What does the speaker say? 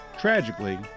Tragically